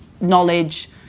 knowledge